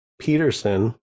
peterson